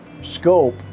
scope